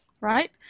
right